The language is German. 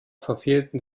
verfehlten